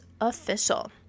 official